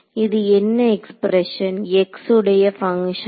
இது என்ன expression x உடைய பங்க்ஷனா